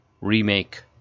remake